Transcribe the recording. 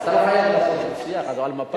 אני צריך לבדוק את העניין.